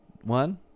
one